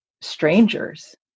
strangers